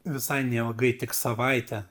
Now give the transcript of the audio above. visai neilgai tik savaitę